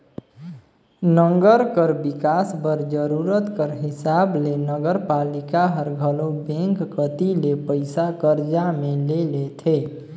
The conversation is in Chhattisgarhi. नंगर कर बिकास बर जरूरत कर हिसाब ले नगरपालिका हर घलो बेंक कती ले पइसा करजा में ले लेथे